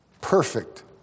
perfect